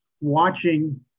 watching